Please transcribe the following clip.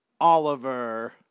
Oliver